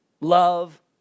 love